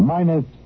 Minus